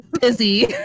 busy